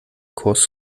kurs